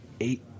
eight